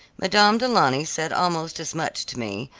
madame du launy said almost as much to me,